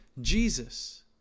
Jesus